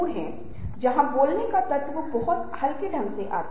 इसलिए इस प्रकार के संचारक अपने संचार व्यवहार के बारे में बहुत सतर्क होते हैं